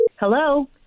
Hello